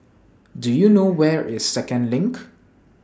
Do YOU know Where IS Second LINK